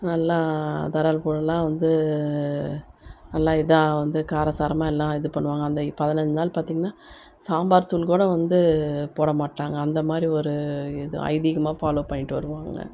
நல்லா தடல்புடலாக வந்து நல்லா இதாக வந்து காரசாரமாக எல்லாம் இது பண்ணுவாங்க அந்த பதினைஞ்சி நாள் பார்த்தீங்கன்னா சாம்பார் தூள் கூட வந்து போட மாட்டாங்க அந்த மாதிரி ஒரு இது ஐதீகமாக ஃபாலோ பண்ணிகிட்டு வருவாங்க